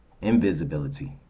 invisibility